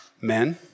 Men